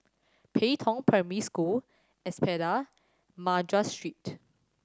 Pei Tong Primary School Espada Madras Street